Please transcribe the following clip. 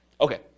Okay